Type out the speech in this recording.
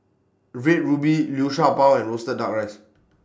Red Ruby Liu Sha Bao and Roasted Duck Rice